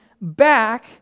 back